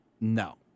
No